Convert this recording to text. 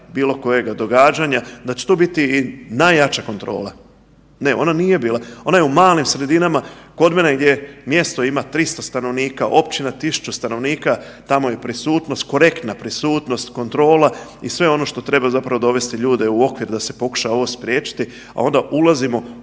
da će tu biti najjača kontrola. Ne ona nije bila, ona je u malim sredinama kod mene gdje mjesto ima 300 stanovnika, općina 1000 stanovnika, tamo je prisutnost, korektna prisutnost, kontrola i sve ono što treba zapravo dovesti ljude u okvir da se pokuša ovo spriječiti, a onda ulazimo u